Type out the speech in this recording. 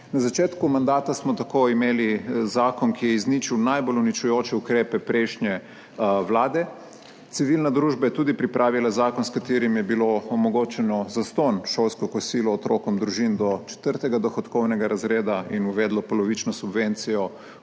Na začetku mandata smo tako imeli zakon, ki je izničil najbolj uničujoče ukrepe prejšnje vlade. Civilna družba je pripravila tudi zakon, s katerim je bilo omogočeno zastonj šolsko kosilo otrokom družin do četrtega dohodkovnega razreda in uvedlo polovično subvencijo